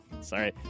Sorry